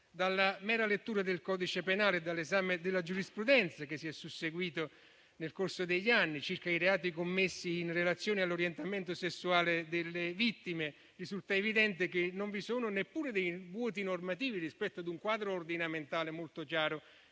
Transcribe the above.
Dalla mera lettura del codice penale e dall'esame della giurisprudenza che si è susseguita nel corso degli anni circa i reati commessi in relazione all'orientamento sessuale delle vittime, risulta evidente che non vi sono neppure dei vuoti normativi rispetto a un quadro ordinamentale molto chiaro